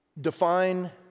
define